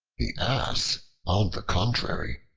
the ass, on the contrary,